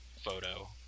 photo